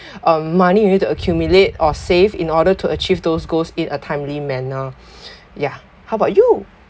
um money you need to accumulate or save in order to achieve those goals in a timely manner yeah how about you